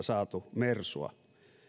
saatu mersua